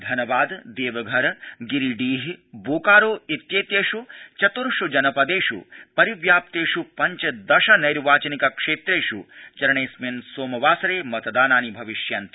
धनबाद देवघर गिरीडीह बोकारो इत्येतेष् चत्र्ष् जनपदेष् परिव्याप्तेष् पञ्चदश नैर्वाचनिक क्षेत्रेष् चरणेऽस्मिन् सोमवासरे मतदानानि भविष्यन्ति